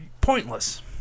pointless